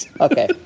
Okay